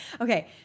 Okay